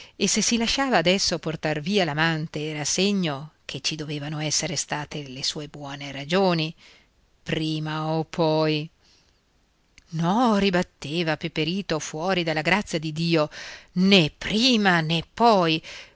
e se si lasciava adesso portar via l'amante era segno che ci dovevano essere state le sue buone ragioni prima o poi no ribatteva peperito fuori della grazia di dio né prima né poi